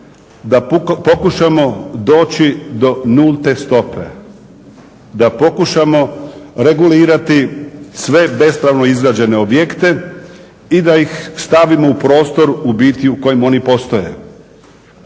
da pokušamo doći do nulte stope, da pokušamo regulirati sve bespravno izgrađene objekte i da ih stavimo u prostor ubiti u kojem oni postoje.